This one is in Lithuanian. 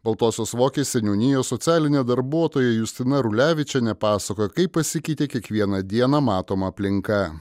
baltosios vokės seniūnijos socialinė darbuotoja justina rulevičienė pasakoja kaip pasikeitė kiekvieną dieną matoma aplinka